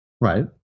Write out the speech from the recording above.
Right